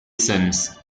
sons